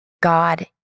God